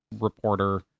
reporter